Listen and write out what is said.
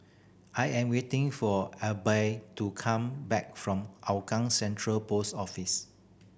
I am waiting for Alby to come back from Hougang Central Post Office